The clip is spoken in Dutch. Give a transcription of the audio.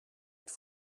het